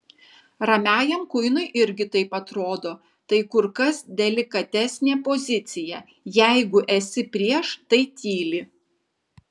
ramiajam kuinui irgi taip atrodo tai kur kas delikatesnė pozicija jeigu esi prieš tai tyli